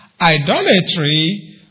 idolatry